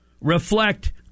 reflect